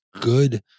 good